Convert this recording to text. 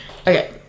okay